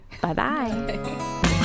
Bye-bye